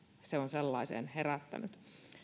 se on sellaiseen herättänyt